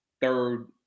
third